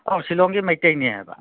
ꯑꯧ ꯁꯤꯂꯣꯡꯒꯤ ꯃꯩꯇꯩꯅꯤ ꯍꯥꯏꯕ